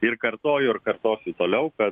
ir kartoju ir kartosiu toliau kad